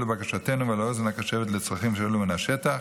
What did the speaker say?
לבקשתנו ולאוזן הקשבת לצרכים שהועלו מן השטח.